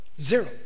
Zero